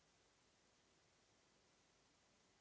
Hvala